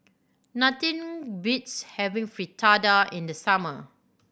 nothing beats having Fritada in the summer